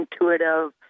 intuitive